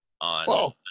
on